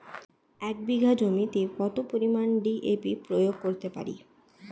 এক বিঘা জমিতে কত পরিমান ডি.এ.পি প্রয়োগ করতে পারি?